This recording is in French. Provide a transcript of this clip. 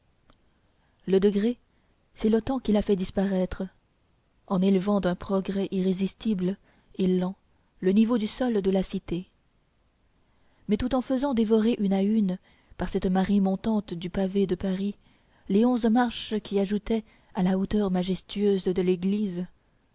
le degré c'est le temps qui l'a fait disparaître en élevant d'un progrès irrésistible et lent le niveau du sol de la cité mais tout en faisant dévorer une à une par cette marée montante du pavé de paris les onze marches qui ajoutaient à la hauteur majestueuse de l'édifice